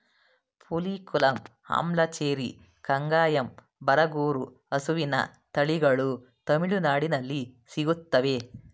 ಪುಲಿಕುಲಂ, ಅಂಬ್ಲಚೇರಿ, ಕಂಗಾಯಂ, ಬರಗೂರು ಹಸುವಿನ ತಳಿಗಳು ತಮಿಳುನಾಡಲ್ಲಿ ಸಿಗುತ್ತವೆ